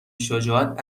شجاعت